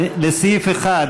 לסעיף 1,